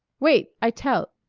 wait. i tell.